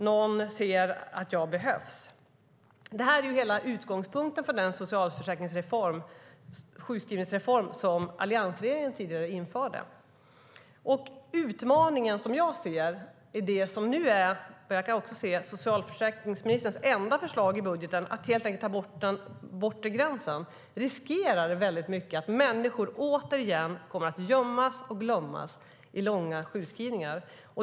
Någon såg att hon behövdes. Jag ser en utmaning i det som nu är, vad jag kan se, socialförsäkringsministerns enda förslag i budgeten: att helt enkelt ta bort den bortre gränsen. Det finns en väldigt stor risk att människor återigen kommer att gömmas och glömmas i långa sjukskrivningar.